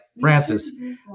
Francis